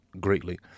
greatly